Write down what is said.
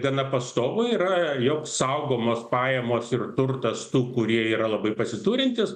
gana pastovu yra jog saugomos pajamos ir turtas tų kurie yra labai pasiturintys